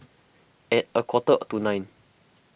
at a quarter to nine